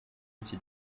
iki